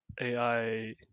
ai